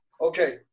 Okay